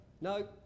No